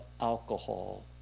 alcohol